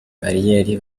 bariyeri